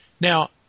Now